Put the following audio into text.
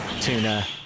Tuna